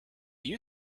you